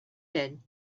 did